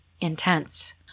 intense